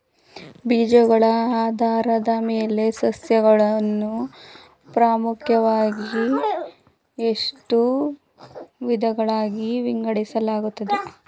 ಬೀಜಗಳ ಆಧಾರದ ಮೇಲೆ ಸಸ್ಯಗಳನ್ನು ಪ್ರಮುಖವಾಗಿ ಎಷ್ಟು ವಿಧಗಳಾಗಿ ವಿಂಗಡಿಸಲಾಗಿದೆ?